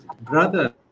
brother